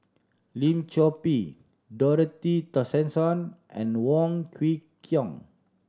Lim Chor Pee Dorothy Tessensohn and Wong Kwei Cheong